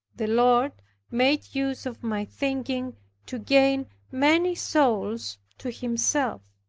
the lord made use of my thinking to gain many souls to himself.